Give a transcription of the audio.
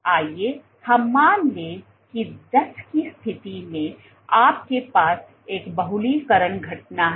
आइए हम मान लें कि 10 की स्थिति में आपके पास एक बहुलककरण घटना है